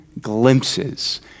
glimpses